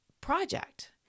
project